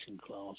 class